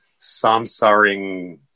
samsaring